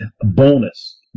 bonus